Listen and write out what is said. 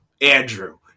Andrew